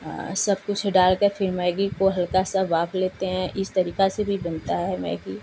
सब कुछ डाल कर फिर मैगी को हल्का सा वाफ लेते हैं इस तरीका से भी बनता है मैगी